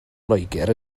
loegr